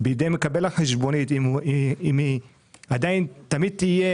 בידי מקבל החשבונית - אם היא תמיד תהיה